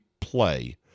play